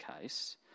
case